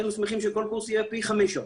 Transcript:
היינו שמחים שכל קורס יהיה פי חמש שעות,